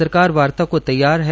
सरकार वार्ता के तैयार है